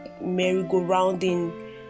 merry-go-rounding